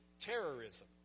terrorism